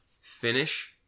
Finish